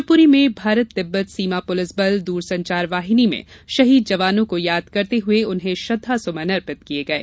शिवपुरी में भारत तिब्बत सीमा पुलिस बल दूर संचार वाहिनी में शहीद जवानों को याद करते हुए उन्हें श्रद्वासुमन अर्पित किये गये